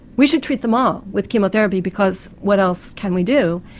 we should treat them all with chemotherapy because what else can we do?